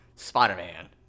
Spider-Man